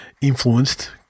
influenced